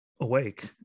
awake